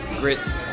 grits